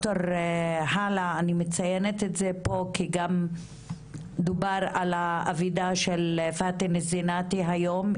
אני מציינת את זה פה כי גם דובר על האבידה של פאתן זינאתי היום,